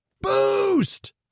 Boost